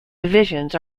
divisions